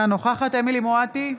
אינה נוכחת אמילי חיה מואטי,